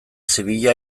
zibila